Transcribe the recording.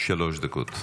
שלוש דקות.